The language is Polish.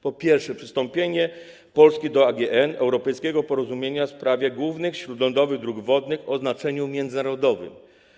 Po pierwsze, przystąpienie Polski do AGN, europejskiego porozumienia w sprawie głównych śródlądowych dróg wodnych o znaczeniu międzynarodowym.